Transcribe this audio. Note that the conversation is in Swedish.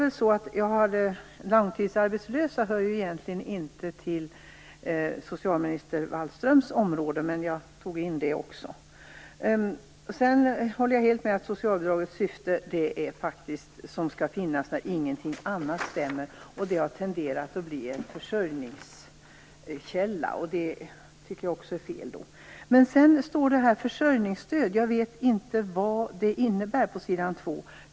Långtidsarbetslösa hör egentligen inte till socialminister Wallströms område, men jag tog med också dem i min interpellation. Jag håller helt med om att socialbidragets syfte är att det skall vara en utväg när ingenting annat står till buds. Men det har nu tenderat att bli en försörjningskälla, och det är fel. Det talas i svaret på s. 2 om försörjningsstöd, men jag vet inte vad det innebär.